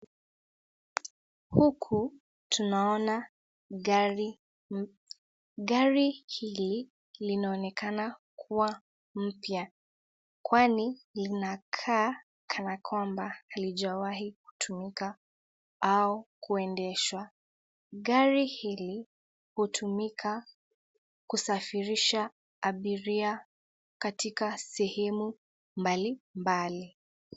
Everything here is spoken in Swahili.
huku tunaona gari, gari hili linaonekana kuwa mpya kwani linakaa kana kwamba halijawahi kutumika au kuendeshwa, gari hili hutumika kusafirisha abiria katika sehemu mbalimbali.